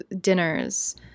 dinners